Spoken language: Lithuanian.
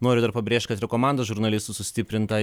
noriu dar pabrėžt kad ir komandos žurnalistų sustiprinta